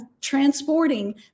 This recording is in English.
transporting